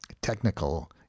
technical